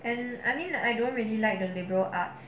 and I mean I don't really like the liberal arts